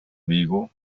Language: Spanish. vigo